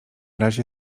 razie